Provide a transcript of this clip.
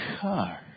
car